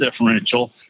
differential